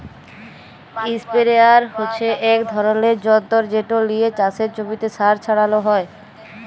ইসপেরেয়ার হচ্যে এক ধরলের যন্তর যেট লিয়ে চাসের জমিতে সার ছড়ালো হয়